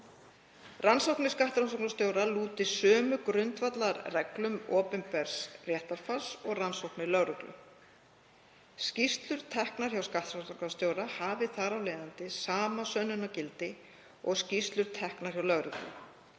Rannsóknir skattrannsóknarstjóra lúti sömu grundvallarreglum opinbers réttarfars og rannsóknir lögreglu. Skýrslur teknar hjá skattrannsóknarstjóra hafi þar af leiðandi sama sönnunargildi og skýrslur teknar hjá lögreglu.